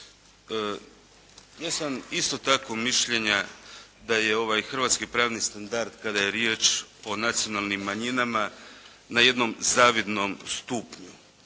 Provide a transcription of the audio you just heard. Ja sam isto tako mišljenja da je ovaj hrvatski pravni standard kada je riječ o nacionalnim manjina na jednom zavidnom stupnju.